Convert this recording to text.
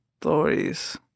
stories